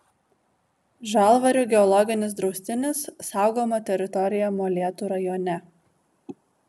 žalvarių geologinis draustinis saugoma teritorija molėtų rajone